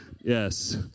Yes